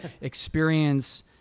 experience